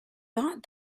thought